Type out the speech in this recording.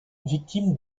victime